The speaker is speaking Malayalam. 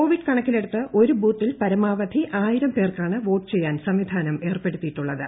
കോവിഡ് കണക്കിലെടുത്ത് ഒരു ബൂത്തിൽ പ്രമാവധി ആയിരം പേർക്കാണ് വോട്ട് ചെയ്യാൻ സംവിധാന്ന് അർപ്പെടുത്തിയിട്ടുള്ളത്